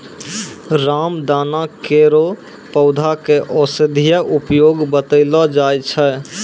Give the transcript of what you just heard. रामदाना केरो पौधा क औषधीय उपयोग बतैलो जाय छै